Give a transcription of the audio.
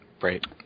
Right